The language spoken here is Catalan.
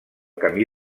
camí